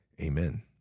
Amen